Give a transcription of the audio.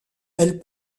elles